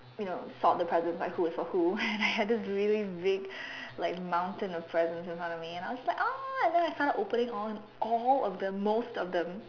you know sort the presents like who is for who and I have this really big like mountain of presents in front of me and I was like !aww! and then I started opening all all of them most of them